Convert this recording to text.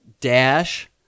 dash